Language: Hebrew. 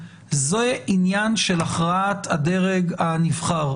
זוהי עניין של הכרעת הדרג הנבחר,